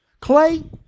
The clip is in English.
Clay